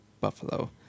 Buffalo